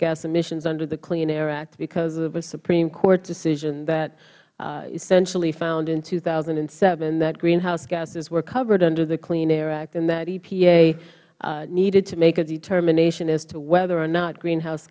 emissions under the clean air act because of a supreme court decision that essentially found in two thousand and seven that greenhouse gases were covered under the clean air act and that epa needed to make a determination as to whether or not greenhouse